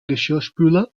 geschirrspüler